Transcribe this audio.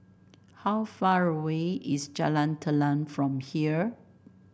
how far away is Jalan Telang from here